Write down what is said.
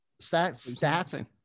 stats